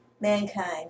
mankind